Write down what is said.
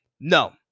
No